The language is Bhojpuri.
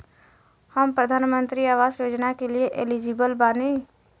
हम प्रधानमंत्री आवास योजना के लिए एलिजिबल बनी?